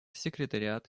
секретариат